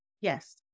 Yes